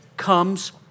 comes